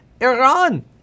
Iran